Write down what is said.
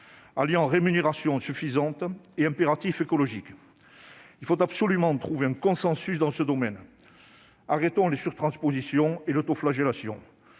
alliant des rémunérations dignes de ce nom aux impératifs écologiques. Il faut absolument trouver un consensus dans ce domaine. Arrêtons les surtranspositions et l'autoflagellation